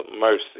mercy